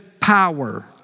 power